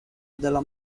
della